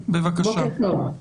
בוקר טוב.